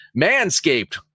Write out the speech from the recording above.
Manscaped